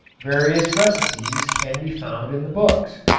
various recipes can be found in the books.